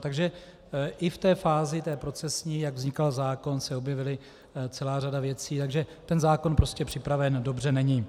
Takže i v té fázi procesní, jak vznikal zákon, se objevila celá řada věcí, takže ten zákon prostě připraven dobře není.